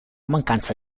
mancanza